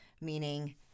meaning